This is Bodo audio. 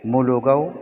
मुलुगाव